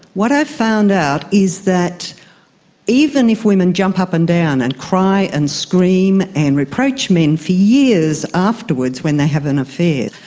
what i found out is that even if women jump up and down and cry and scream and reproach men for years afterwards when they have an affair,